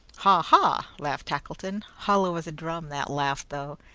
ha, ha! laughed tackleton. hollow as a drum that laugh, though.